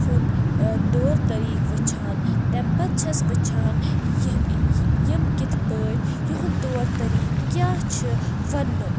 ہُنٛد طور طٔریٖقہٕ وٕچھان تَمہِ پتہٕ چھس وٕچھان یہِ یِم کِتھہٕ پأٹھۍ یِہُنٛد طور طٔریٖقہٕ کیٛاہ چھُ ونٕنُک